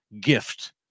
gift